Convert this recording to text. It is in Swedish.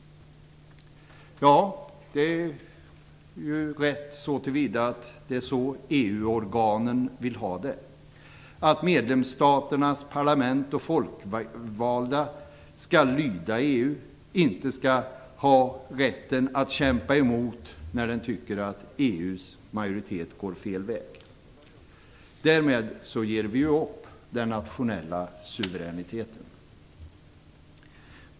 Ja, det är rätt så till vida att det är så EU-organen vill ha det: att medlemsstaternas parlament och folkvalda skall lyda EU, inte ha rätten att kämpa emot när de tycker att EU:s majoritet går fel väg. Därmed ger vi upp den nationella suveräniteten.